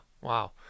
Wow